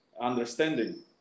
understanding